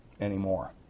anymore